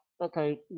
okay